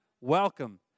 welcome